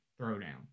throwdown